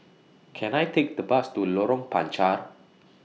Can I Take The Bus to Lorong Panchar